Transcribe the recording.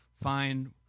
find